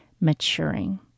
maturing